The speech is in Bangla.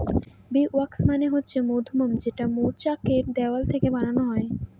বী ওয়াক্স মানে হচ্ছে মধুমোম যেটা মৌচাক এর দেওয়াল থেকে বানানো হয়